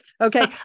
Okay